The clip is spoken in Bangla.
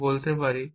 আমি বলতে পারি